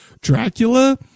Dracula